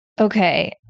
Okay